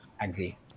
Agree